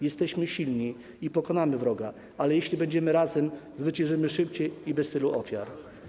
Jesteśmy silni i pokonamy wroga, ale jeśli będziemy razem, zwyciężymy szybciej i bez tylu ofiar.